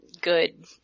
good